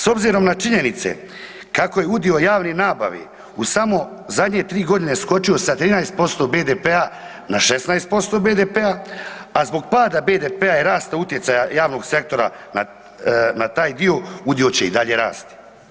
S obzirom na činjenice kako je udio javne nabave u samo zadnje 3 g. skočio sa 13% BDP-a na 16% BDP-a a zbog pada BDP-a je rastao utjecaj javnog sektora na taj dio, udio će i dalje rasti.